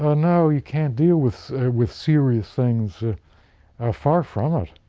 ah now you can deal with with serious things far from it.